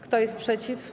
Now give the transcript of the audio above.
Kto jest przeciw?